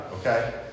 okay